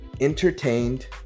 entertained